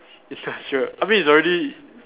industrial I mean it's already